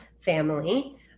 family